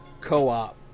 co-op